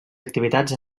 activitats